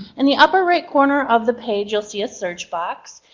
in the upper right corner of the page, you'll see a search box.